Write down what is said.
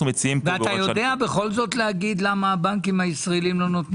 מציעים- -- אתה יודע בכל זאת לומר למה הבנקים הישראליים לא נותנים?